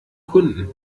kunden